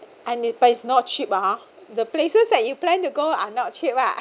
and it but it's not cheap (uh huh) the places that you plan to go are not cheap ah